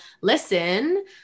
listen